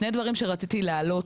שני דברים שרציתי להעלות.